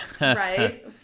Right